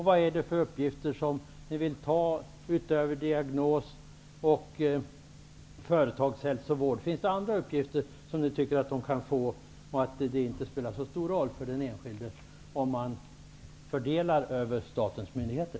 Vad är det för uppgifter som ni vill ta utöver diagnos och företagshälsovård? Finns det andra uppgifter som ni tycker att de kan få? Tycker ni att det inte spelar så stor roll för den enskilde om man fördelar dessa uppgifter bland statens myndigheter?